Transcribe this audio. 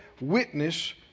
witness